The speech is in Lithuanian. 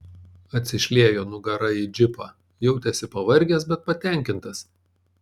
atsišliejo nugara į džipą jautėsi pavargęs bet patenkintas